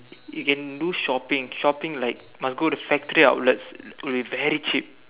you can do shopping shopping like must go the factory outlets would be very cheap